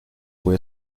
fue